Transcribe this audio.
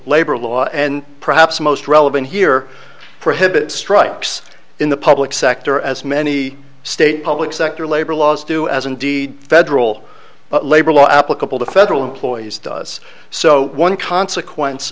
labor law and perhaps most relevant here prohibit strikes in the public sector as many state public sector labor laws do as indeed federal labor law applicable to federal employees does so one consequence